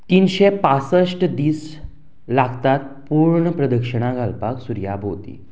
तिनशे पासश्ट दीस लागतात पूर्ण प्रदक्षिणां घालपाक सुर्या भोंवती